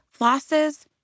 flosses